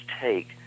take